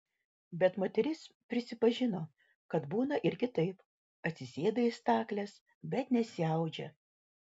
bet moteris prisipažino kad būna ir kitaip atsisėda į stakles bet nesiaudžia